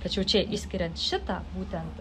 tačiau čia išskiriant šitą būtent